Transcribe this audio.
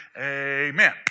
Amen